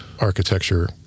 architecture